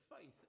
faith